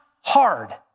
hard